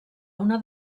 una